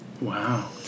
Wow